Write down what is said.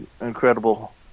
incredible